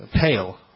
pale